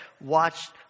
watched